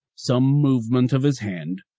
some movement of his hand,